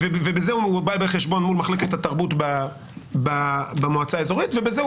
ובזה הוא מחלקת התרבות במועצה האזורית ובזה הוא